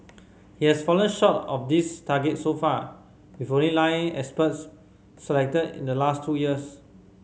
it has fallen short of this target so far with only nine experts selected in the last two years